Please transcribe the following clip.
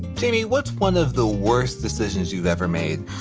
jayme, what's one of the worst decisions you ever made?